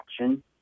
action